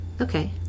Okay